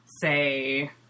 say